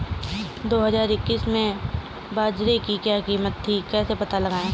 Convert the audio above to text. दो हज़ार इक्कीस में बाजरे की क्या कीमत थी कैसे पता लगाएँ?